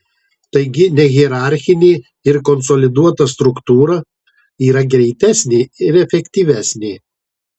taigi nehierarchinė ir konsoliduota struktūra yra greitesnė ir efektyvesnė